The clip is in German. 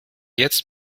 jetzt